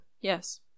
Yes